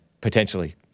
potentially